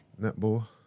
Netball